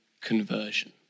conversion